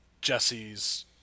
Jesse's